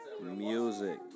Music